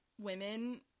women